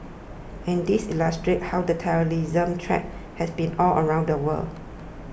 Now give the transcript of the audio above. and these illustrate how the terrorism threat has been all around the world